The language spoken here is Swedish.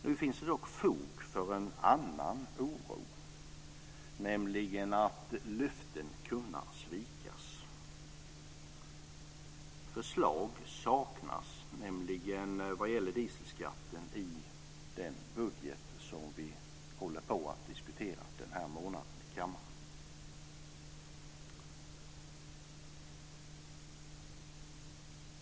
Nu finns dock fog för en annan oro, nämligen för detta med att löften kunna svikas. Förslag saknas nämligen vad gäller dieselskatten i den budget som vi under denna månad diskuterar här i kammaren.